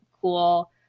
cool